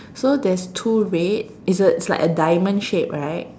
so there's two red it's a it's like a diamond shape